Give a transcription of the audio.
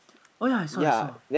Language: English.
oh ya I saw I saw